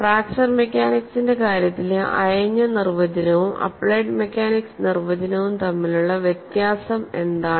fracture മെക്കാനിക്സിന്റെ കാര്യത്തിലെ അയഞ്ഞ നിർവചനവും അപ്പ്ളൈഡ് മെക്കാനിക്സ് നിർവചനവും തമ്മിലുള്ള വ്യത്യാസം എന്താണ്